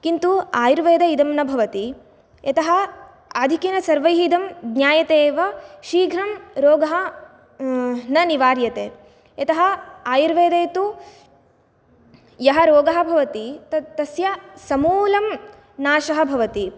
किन्तु आयुर्वेदे इदं न भवति यतः आधिक्येन सर्वैः इदं ज्ञायते एव शीघ्रं रोगः न निवार्यते यतः आयुर्वेदे तु यः यत् रोगः भवति तस्य समूलं नाशः भवति